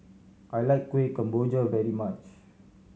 I like Kueh Kemboja very much